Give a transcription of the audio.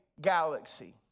galaxy